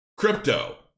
Crypto